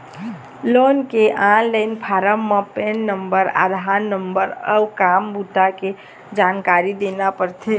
loan के online form म PAN number, Aadhaar number अउ काम बूता के जानकारी देना परथे